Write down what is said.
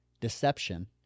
deception